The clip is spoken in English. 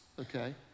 Okay